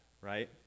right